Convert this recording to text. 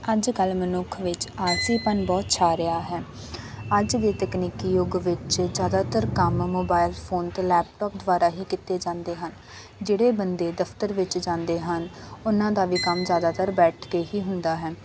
ਅੱਜ ਕੱਲ੍ਹ ਮਨੁੱਖ ਵਿੱਚ ਆਲਸੀਪਣ ਬਹੁਤ ਛਾਅ ਰਿਹਾ ਹੈ ਅੱਜ ਦੇ ਤਕਨੀਕੀ ਯੁੱਗ ਵਿੱਚ ਜ਼ਿਆਦਾਤਰ ਕੰਮ ਮੋਬਾਈਲ ਫੋਨ ਅਤੇ ਲੈਪਟੋਪ ਦੁਆਰਾ ਹੀ ਕੀਤੇ ਜਾਂਦੇ ਹਨ ਜਿਹੜੇ ਬੰਦੇ ਦਫਤਰ ਵਿੱਚ ਜਾਂਦੇ ਹਨ ਉਨ੍ਹਾਂ ਦਾ ਕੰਮ ਜ਼ਿਆਦਾਤਰ ਬੈਠ ਕੇ ਹੀ ਹੁੰਦਾ ਹੈ